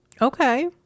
Okay